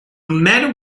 matter